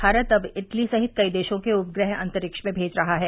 भारत अब इटली सहित कई देशों के उपग्रह अंतरिक्ष में भेज रहा है